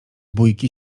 bójki